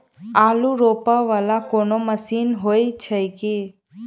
आलु रोपा वला कोनो मशीन हो छैय की?